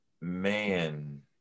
man